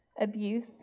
Abuse